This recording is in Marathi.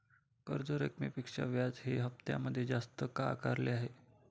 कर्ज रकमेपेक्षा व्याज हे हप्त्यामध्ये जास्त का आकारले आहे?